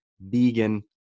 vegan